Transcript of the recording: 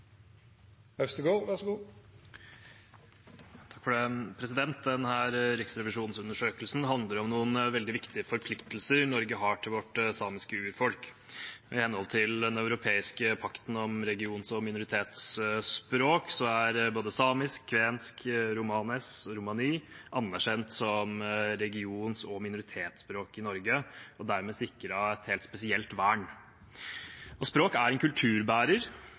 handler om noen veldig viktige forpliktelser Norge har overfor vårt samiske urfolk. I henhold til den europeiske pakten om regions- og minoritetsspråk er både samisk, kvensk og romanés – romani – anerkjent som regions- og minoritetsspråk i Norge og dermed sikret et helt spesielt vern. Språk er en kulturbærer